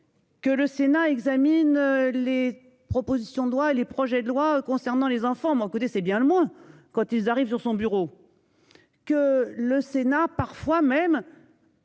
Que le sénat examine les propositions droit et les projets de loi concernant les enfants bon côté, c'est bien le moins quand ils arrivent sur son bureau. Que le Sénat, parfois même.